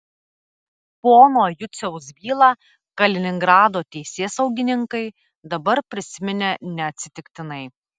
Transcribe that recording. pono juciaus bylą kaliningrado teisėsaugininkai dabar prisiminė neatsitiktinai